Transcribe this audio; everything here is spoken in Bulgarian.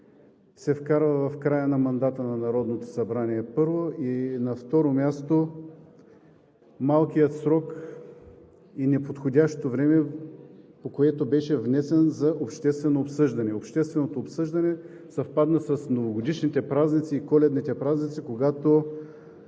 се вкарва в края на мандата на Народното събрание – първо. На второ място, малкият срок и неподходящото време, по което беше внесен за обществено обсъждане. Общественото обсъждане съвпадна с Новогодишните и Коледните празници, когато